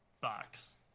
box